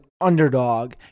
underdog